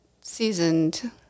seasoned